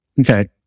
Okay